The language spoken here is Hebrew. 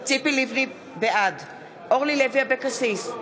בעד אורלי לוי אבקסיס,